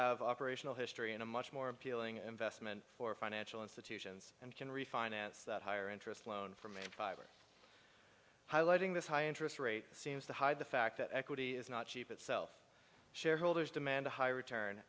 have operational history in a much more appealing investment for financial institutions and can refinance that higher interest loan from a private highlighting this high interest rate seems to hide the fact that equity is not cheap itself shareholders demand a higher return